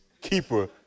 keeper